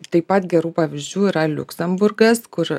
taip pat gerų pavyzdžių yra liuksemburgas kur